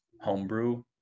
homebrew